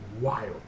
wild